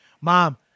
Mom